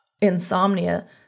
insomnia